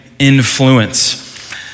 influence